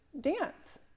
dance